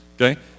okay